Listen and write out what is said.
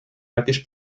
jakieś